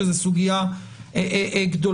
שזאת סוגיה גדולה.